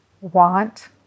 want